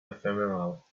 ephemeral